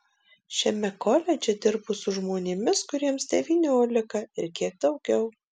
šiame koledže dirbu su žmonėmis kuriems devyniolika ir kiek daugiau